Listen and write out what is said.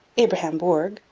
abraham bourg,